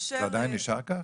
זה עדיין נשאר כך?